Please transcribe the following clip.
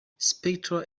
spectra